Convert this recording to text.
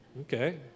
Okay